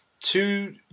Two